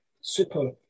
super